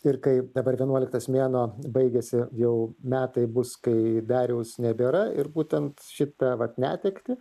ir kai dabar vienuoliktas mėnuo baigiasi jau metai bus kai dariaus nebėra ir būtent šitą vat netektį